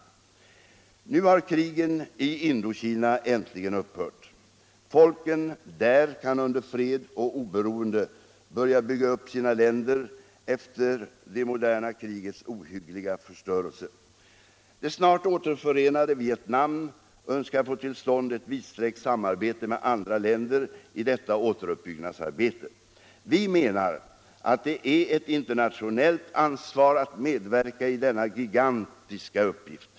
Nu har krigen i Indokina äntligen upphört. Folken där kan under fred och oberoende börja bygga upp sina länder efter det moderna krigets ohyggliga förstörelse. Det snart återförenade Vietnam önskar få till stånd ett vidsträckt samarbete med andra länder i detta återuppbyggnadsarbete. Vi menar att det är ett internationellt ansvar att medverka i denna gigantiska uppgift.